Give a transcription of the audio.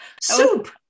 Soup